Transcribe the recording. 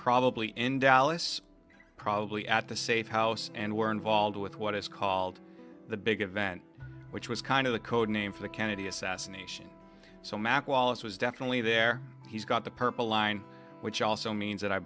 probably in dallas probably at the safe house and were involved with what is called the big event which was kind of the code name for the kennedy assassination so mack wallace was definitely there he's got the purple line which also means that i